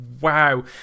Wow